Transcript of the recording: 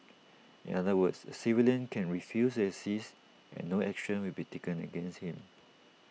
in other words A civilian can refuse to assist and no action will be taken against him